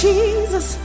Jesus